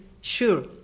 sure